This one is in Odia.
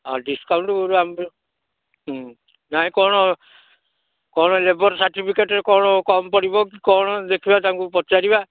ଡ଼ିସ୍କାଉଣ୍ଟ୍ ଆମ ପାଇଁ ହଁ ନାଇଁ କ'ଣ କ'ଣ ଲେବର୍ ସାର୍ଟିଫିକେଟ୍ରେ କ'ଣ କମ୍ ପଡ଼ିବ କି କ'ଣ ଦେଖିବା ତାଙ୍କୁ ପଚାରିବା